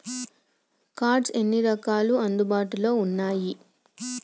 Cards ఎన్ని రకాలు అందుబాటులో ఉన్నయి?